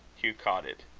hugh caught it.